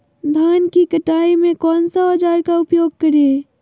धान की कटाई में कौन सा औजार का उपयोग करे?